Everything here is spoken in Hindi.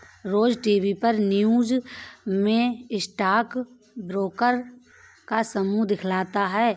रोज टीवी पर न्यूज़ में स्टॉक ब्रोकर का समूह दिखता है